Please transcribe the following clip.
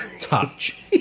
touch